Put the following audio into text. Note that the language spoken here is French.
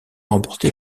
remportée